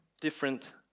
different